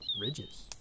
ridges